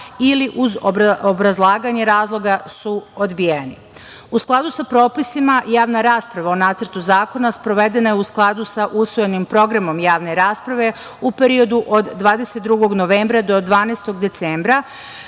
i uz obrazlaganje razloga su odbijeni.U skladu sa propisima, javna rasprava o Nacrtu zakona sprovedena je u skladu sa usvojenim Programom javne rasprave u periodu od 22. novembra do 12. decembra.